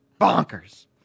bonkers